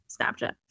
Snapchat